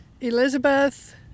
Elizabeth